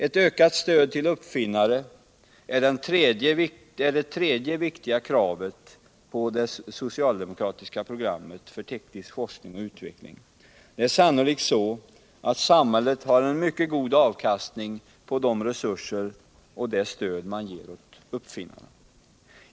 Ett ökat stöd till uppfinnare är det tredje viktiga kravet på det socialdemokratiska programmet för teknisk forskning och utveckling. Det är sannolikt så, att samhället har en mycket god avkastning på de resurser och det stöd som ges åt uppfinnare.